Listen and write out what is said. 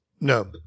No